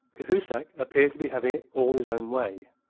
cahusac appeared to be having it all his own way,